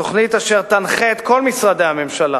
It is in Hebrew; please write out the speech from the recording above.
תוכנית אשר תנחה את כל משרדי הממשלה